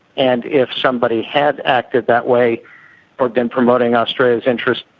and if somebody had acted that way or been promoting australian interests,